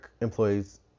employees